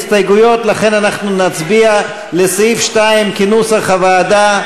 לכן אנחנו נצביע על סעיף 2 כנוסח הוועדה.